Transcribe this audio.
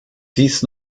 dies